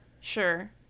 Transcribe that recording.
sure